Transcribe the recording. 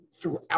throughout